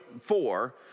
four